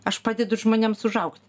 aš padedu žmonėms užaugti